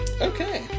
Okay